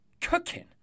cooking